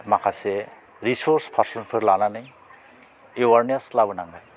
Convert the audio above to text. माखासे रिसरस पारस'नफोर लानानै एवारनेस लाबोनांगोन